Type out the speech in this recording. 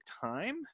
time